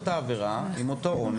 אז אני אעשה את אותה עבירה עם אותו עונש